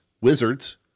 wizards